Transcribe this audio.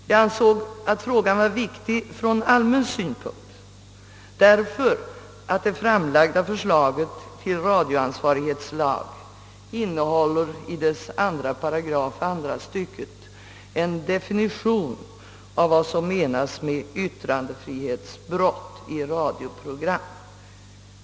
Jag ansåg att spörsmålet var viktigt från allmän synpunkt, eftersom det framlagda förslaget till radioansvarighetslag i 2 § andra stycket innehåller en definition av vad som menas med yttrandefrihetsbrott i radioprogram.